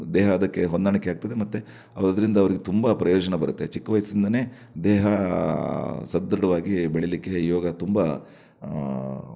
ದೇಹ ಅದಕ್ಕೆ ಹೊಂದಾಣಿಕೆ ಆಗ್ತದೆ ಮತ್ತು ಅದ್ರಿಂದ ಅವ್ರಿಗೆ ತುಂಬ ಪ್ರಯೋಜನ ಬರುತ್ತೆ ಚಿಕ್ಕ ವಯಸ್ಸಿಂದನೇ ದೇಹ ಸದೃಢವಾಗಿ ಬೆಳೀಲಿಕ್ಕೆ ಯೋಗ ತುಂಬ